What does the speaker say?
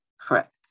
Correct